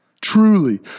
Truly